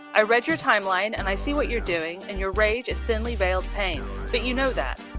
i read your timeline and i see what you're doing and your rage is thinly veiled pain. but you know that.